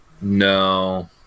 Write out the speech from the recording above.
no